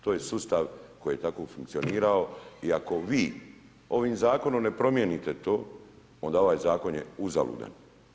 To je sustav koji je tako funkcionirao i ako vi ovim zakonom ne promijenite to, onda ovaj zakon je uzaludan.